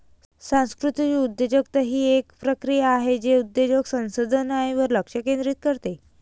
सांस्कृतिक उद्योजकता ही एक प्रक्रिया आहे जे उद्योजक संसाधनांवर लक्ष केंद्रित करते